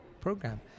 program